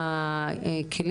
מין הראוי